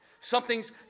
Something's